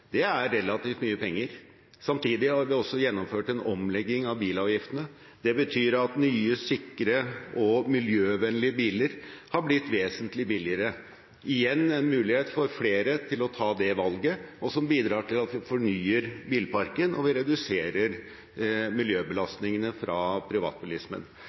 Det er relativt mye penger. Samtidig er det også gjennomført en omlegging av bilavgiftene. Det betyr at nye, sikre og miljøvennlige biler har blitt vesentlig billigere, noe som igjen er en mulighet for flere til å ta det valget, og som bidrar til at vi fornyer bilparken og reduserer miljøbelastningen fra privatbilismen.